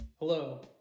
Hello